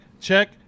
check